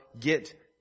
get